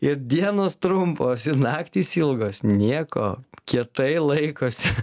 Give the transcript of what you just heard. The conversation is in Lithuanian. ir dienos trumpos ir naktys ilgos nieko kietai laikosi